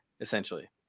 essentially